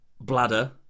bladder